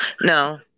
No